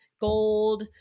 gold